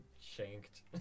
shanked